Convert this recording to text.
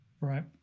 Right